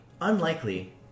unlikely